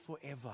forever